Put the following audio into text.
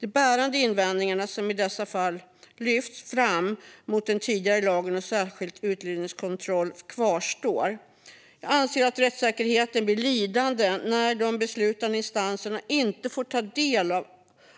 De bärande invändningar som i dessa fall lyfts fram mot den tidigare lagen om särskild utlänningskontroll kvarstår. Jag anser att rättssäkerheten blir lidande när de beslutande instanserna inte får ta del av